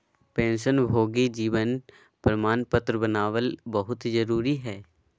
पेंशनभोगी जीवन प्रमाण पत्र बनाबल बहुत जरुरी हइ